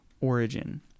origin